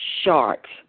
sharks